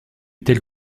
telle